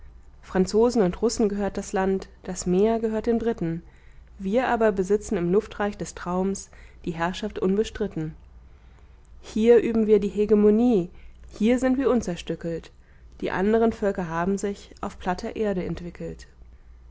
franzosen und russen gehört das land das meer gehört den briten wir aber besitzen im luftreich des traums die herrschaft unbestritten hier üben wir die hegemonie hier sind wir unzerstückelt die andern völker haben sich auf platter erde entwickelt